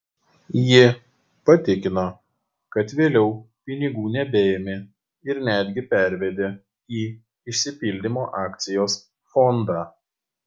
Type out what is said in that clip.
ji patikino kad vėliau pinigų nebeėmė ir netgi pervedė į išsipildymo akcijos fondą